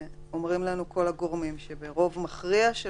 אומרים לנו הגורמים שברוב המכריע של